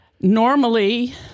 Normally